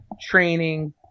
training